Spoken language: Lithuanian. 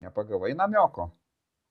nepagavai namioko